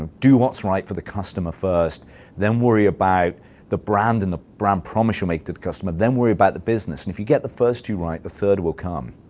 and do what's right for the customer first then worry about the brand and the brand promise you make to the customer then worry about the business. and if you get the first two right, the third will come.